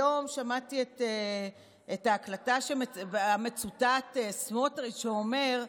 היום שמעתי את ההקלטה שבה מצוטט סמוטריץ' שאומר: